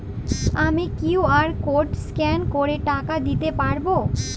আমি QR code scan করে টাকা দিতে পারবো?